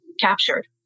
captured